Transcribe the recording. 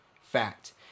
fact